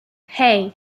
hey